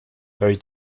very